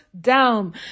down